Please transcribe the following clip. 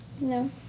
No